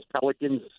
Pelicans